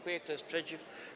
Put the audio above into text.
Kto jest przeciw?